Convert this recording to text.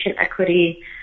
equity